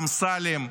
אמסלם,